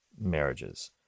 marriages